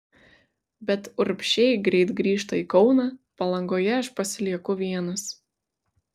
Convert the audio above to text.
bet urbšiai greit grįžta į kauną palangoje aš pasilieku vienas